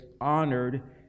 honored